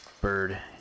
bird